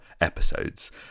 episodes